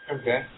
Okay